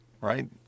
right